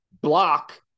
block